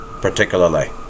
particularly